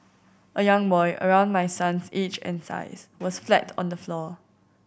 a young boy around my son's age and size was flat on the floor